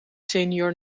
senior